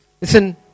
Listen